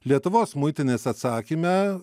lietuvos muitinės atsakyme